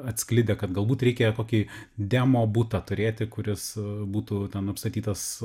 atskleidę kad galbūt reikia kokį demo butą turėti kuris būtų apstatytas